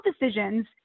decisions